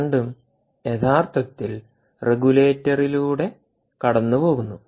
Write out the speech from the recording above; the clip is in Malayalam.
കറന്റും യഥാർത്ഥത്തിൽ റെഗുലേറ്ററിലൂടെ കടന്നുപോകുന്നു